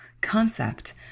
concept